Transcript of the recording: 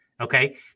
Okay